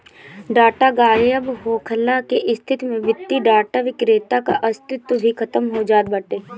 data गायब होखला के स्थिति में वित्तीय डाटा विक्रेता कअ अस्तित्व भी खतम हो जात बाटे